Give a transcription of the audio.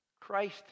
Christ